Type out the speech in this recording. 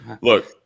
Look